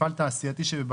ההסתייגות לא התקבלה.